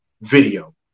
video